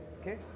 Okay